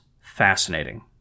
fascinating